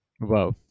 Wow